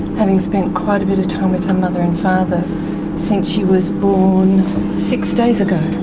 having spent quite a bit of time with her mother and father since she was born six days ago.